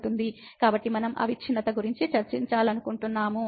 కాబట్టి మనం అవిచ్ఛిన్నత గురించి చర్చించాలనుకుంటున్నాము